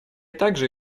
также